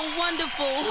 wonderful